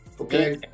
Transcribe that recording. Okay